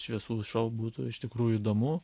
šviesų šou būtų iš tikrųjų įdomu